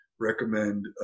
recommend